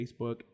Facebook